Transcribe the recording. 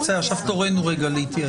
את מוכנים "או בסמוך אליו"?